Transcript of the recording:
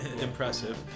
impressive